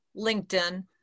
LinkedIn